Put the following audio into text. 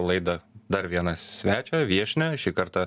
laidą dar vieną svečią viešnią šį kartą